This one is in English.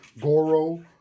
Goro